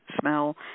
smell